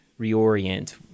reorient